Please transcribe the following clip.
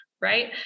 Right